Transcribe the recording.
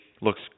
looks